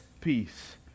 peace